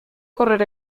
correr